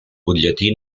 butlletí